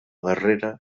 darrera